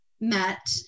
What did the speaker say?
met